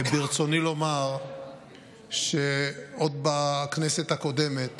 ברצוני לומר שעוד בכנסת הקודמת